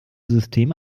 system